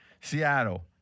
Seattle